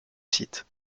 site